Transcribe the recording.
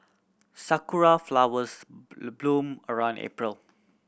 sakura flowers bloom around April